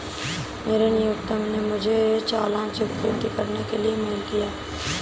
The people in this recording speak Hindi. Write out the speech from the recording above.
मेरे नियोक्ता ने मुझे चालान स्वीकृत करने के लिए मेल किया